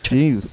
Jeez